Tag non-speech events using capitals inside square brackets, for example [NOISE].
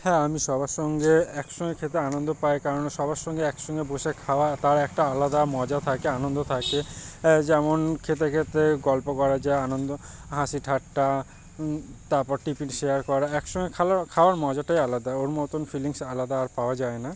হ্যাঁ আমি সবার সঙ্গে একসঙ্গে খেতে আনন্দ পাই কারণ সবার সঙ্গে একসঙ্গে বসে খাওয়া তার একটা আলাদা মজা থাকে আনন্দ থাকে যেমন খেতে খেতে গল্প করার যে আনন্দ হাসি ঠাট্টা তারপর টিফিন শেয়ার করা একসঙ্গে [UNINTELLIGIBLE] খাওয়ার মজাটাই আলাদা ওর মতন ফিলিংস আলাদা আর পাওয়া যায় না